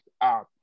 app